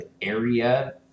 area